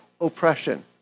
oppression